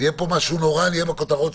זו התרופה לאין ברירה,